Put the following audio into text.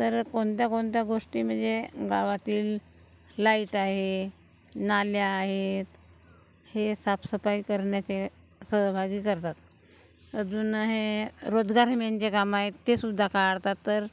तर कोणत्या कोणत्या गोष्टी म्हणजे गावातील लाईट आहे नाल्या आहेत हे साफसफाई करण्यात हे सहभागी करतात अजून हे रोजगार हमींची कामं आहेत तेसुद्धा काढतात तर